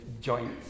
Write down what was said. joints